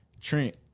Trent